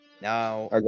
Now